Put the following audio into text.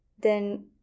Then